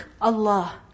Allah